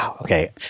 okay